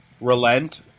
Relent